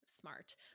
Smart